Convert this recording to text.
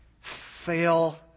fail